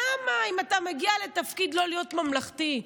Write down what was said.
למה, אם אתה מגיע לתפקיד, לא להיות ממלכתי?